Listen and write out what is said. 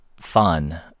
fun